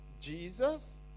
Jesus